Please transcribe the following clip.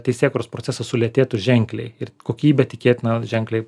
teisėkūros procesas sulėtėtų ženkliai ir kokybė tikėtina ženkliai